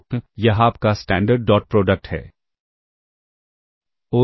तो यह आपका स्टैंडर्ड डॉट प्रोडक्ट है